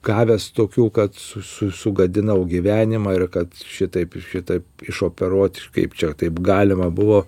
gavęs tokių kad su su sugadinau gyvenimą ir kad šitaip šitaip išoperuot kaip čia taip galima buvo